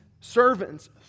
servants